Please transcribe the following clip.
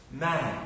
man